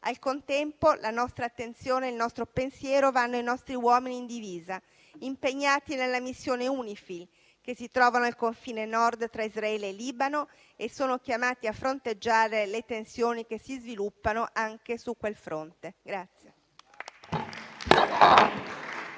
Al contempo la nostra attenzione e il nostro pensiero vanno ai nostri uomini in divisa, impegnati nella missione United Nations interim force in Lebanon (UNIFIL), che si trovano al confine Nord tra Israele e Libano e sono chiamati a fronteggiare le tensioni che si sviluppano anche su quel fronte.